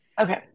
Okay